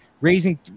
raising